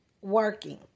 working